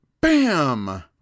bam